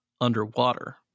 underwater